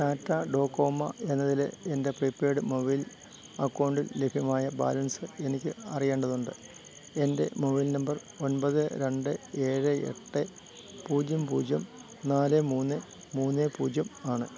Tata Docomo എന്നതിലെ എൻ്റെ prepaid mobile അക്കൗണ്ടിൽ ലഭ്യമായ ബാലൻസ് എനിക്ക് അറിയേണ്ടതുണ്ട് എൻ്റെ മൊബൈൽ നമ്പർ ഒൻപത് രണ്ട് ഏഴ് എട്ട് പൂജ്യം പൂജ്യം നാല് മൂന്ന് മൂന്ന് പൂജ്യം ആണ്